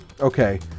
okay